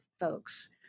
folks